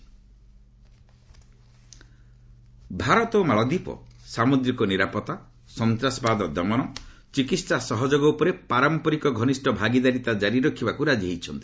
India ମାଳଦ୍ୱୀପ ଭାରତ ଓ ମାଳଦ୍ୱୀପ ସାମୁଦ୍ରିକ ନିରାପତ୍ତା ସନ୍ତ୍ରାସବାଦ ଦମନ ଓ ଚିକିତ୍ସା ସହଯୋଗ ଉପରେ ପାରମ୍ପରିକ ଘନିଷ୍ଠ ଭାଗିଦାରିତା ଜାରି ରଖିବାକୁ ରାଜି ହୋଇଛନ୍ତି